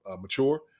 mature